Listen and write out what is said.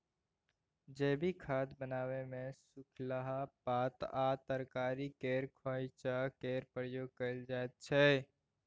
जैबिक खाद बनाबै मे सुखलाहा पात आ तरकारी केर खोंइचा केर प्रयोग कएल जाइत छै